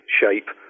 shape